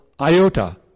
iota